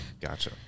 gotcha